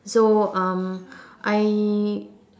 so um I